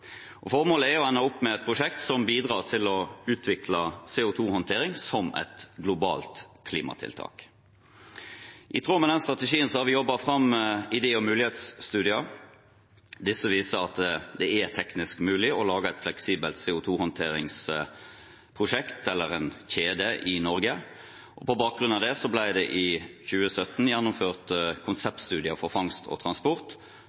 Formålet er å ende opp med et prosjekt som bidrar til å utvikle CO 2 -håndtering som et globalt klimatiltak. I tråd med den strategien har vi jobbet fram idé- og mulighetsstudier. Disse viser at det er teknisk mulig å lage et fleksibelt CO 2 -håndteringsprosjekt eller en -kjede i Norge. På bakgrunn av det ble det i 2017 gjennomført konseptstudier for fangst og transport